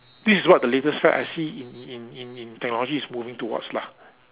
this is what the latest fad I see in in in in technology is moving towards lah